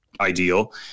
ideal